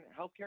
healthcare